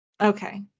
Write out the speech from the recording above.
Okay